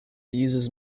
uses